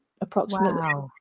approximately